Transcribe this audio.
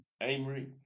Amory